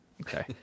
okay